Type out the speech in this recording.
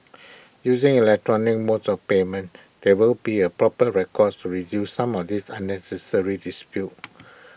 using electronic modes of payment there will be A proper records to reduce some of these unnecessary disputes